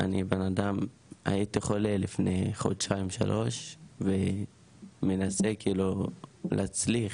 הייתי חולה לפני חודשיים-שלוש ומנסה כאילו להצליח